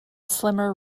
slimmer